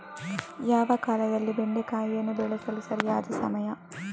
ಯಾವ ಕಾಲದಲ್ಲಿ ಬೆಂಡೆಕಾಯಿಯನ್ನು ಬೆಳೆಸಲು ಸರಿಯಾದ ಸಮಯ?